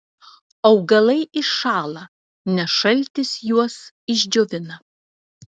augalai iššąla nes šaltis juos išdžiovina